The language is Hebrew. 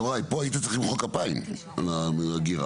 יוראי, פה הייתם צריכים למחוא כפיים על האגירה.